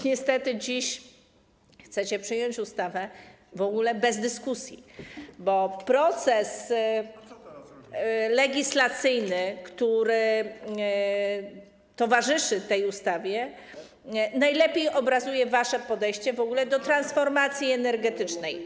Niestety dziś chcecie przyjąć ustawę w ogóle bez dyskusji, bo proces legislacyjny, który towarzyszy tej ustawie, najlepiej obrazuje wasze podejście do transformacji energetycznej.